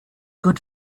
could